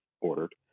ordered